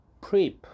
PREP